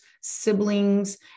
siblings